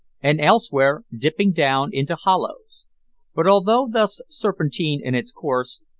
and elsewhere dipping down into hollows but although thus serpentine in its course,